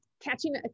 catching